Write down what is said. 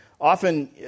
often